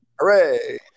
Hooray